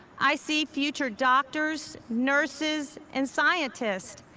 i see future doctors, nurses and scientists.